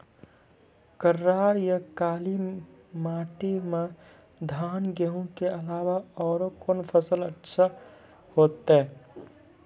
करार या काली माटी म धान, गेहूँ के अलावा औरो कोन फसल अचछा होतै?